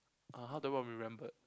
uh how do I want be remembered